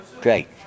great